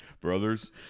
brothers